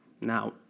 Now